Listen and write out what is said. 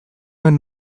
nuen